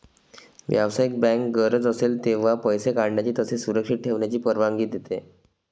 व्यावसायिक बँक गरज असेल तेव्हा पैसे काढण्याची तसेच सुरक्षित ठेवण्याची परवानगी देते